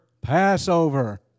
Passover